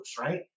right